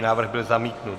Návrh byl zamítnut.